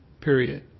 period